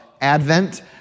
Advent